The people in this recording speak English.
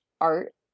art